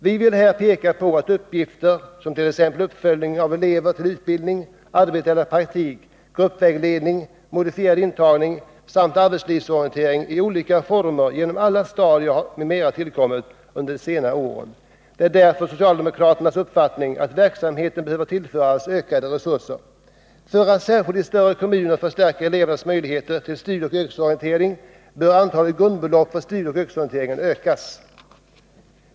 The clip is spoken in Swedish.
Vi vill här peka på att uppgifter som t.ex. uppföljning av elever till utbildning, arbete eller praktik, gruppvägledning, modifierad intagning samt arbetslivsorientering i olika former genom alla stadier m.m. tillkommit under de senaste åren. Det är därför socialdemokraternas uppfattning att verksamheten behöver tillföras ökade resurser. För att man särskilt i större kommuner skall kunna förstärka elevernas möjligheter till studieoch yrkesorientering bör antalet grundbelopp för studieoch yrkesorientering ökas.